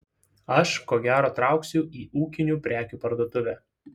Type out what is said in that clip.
aš ko gero trauksiu į ūkinių prekių parduotuvę